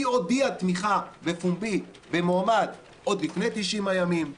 היא הודיעה על תמיכה בפומבי במועמד עוד לפני 90 הימים.